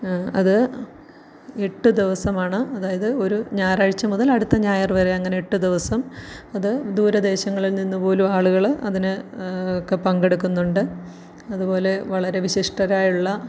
അത് എട്ട് ദിവസമാണ് അതായത് ഒരു ഞായറാഴ്ച മുതൽ അടുത്ത ഞായറ് വരെ അങ്ങനെ എട്ടു ദിവസം അത് ദൂര ദേശങ്ങളിൽ നിന്നുപോലും ആളുകള് അതിന് ഒക്കെ പങ്കെടുക്കുന്നുണ്ട് അതുപോലെ വളരെ വിശിഷ്ടരായുള്ള